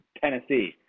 Tennessee